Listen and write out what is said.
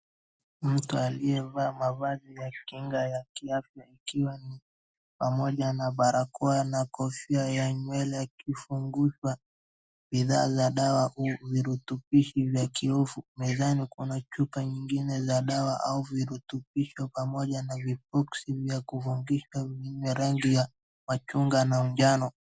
Mtu laiyevaa mavazi ya kinga ya kiafya ikiwa ni pamoja na barakoa na kofia ya nywele akipanguza bidhaa za dawa au virutubishi za kiafya, mezani kuna picha zingine za dawa au virutubishi pamoja na vi box vya kufunika vyenye rangi ya machungwa na unjano.